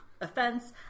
Offense